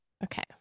okay